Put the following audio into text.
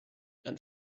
and